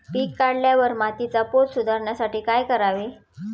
पीक काढल्यावर मातीचा पोत सुधारण्यासाठी काय करावे?